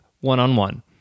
one-on-one